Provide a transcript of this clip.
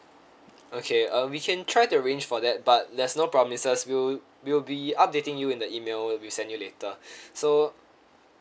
okay uh we can try to arrange for that but there's no promises we'll we'll be updating you in the email we send you later so